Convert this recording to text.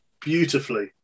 beautifully